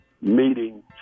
meeting